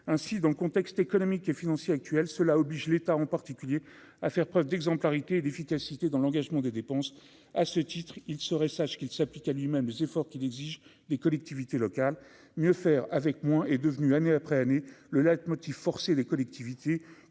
ainsi, dans le contexte économique et financier actuel, cela oblige l'état, en particulier à faire preuve d'exemplarité et d'efficacité dans l'engagement des dépenses, à ce titre, il serait sage, qu'il s'applique à lui-même les efforts qu'il exige des collectivités locales mieux faire avec moins, est devenu, année après année le leitmotiv forcer les collectivités